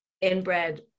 inbred